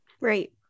Right